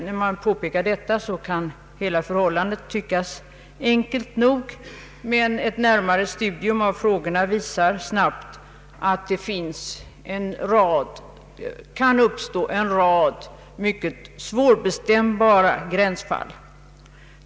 När man påpekar detta, kan förhållandet tyckas enkelt nog, men ett närmare studium av frågorna visar snabbt att det kan uppstå en rad mycket svårbestämbara gränsfall.